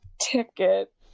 ticket